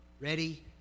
ready